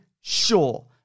sure